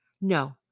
No